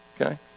okay